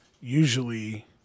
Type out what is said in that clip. usually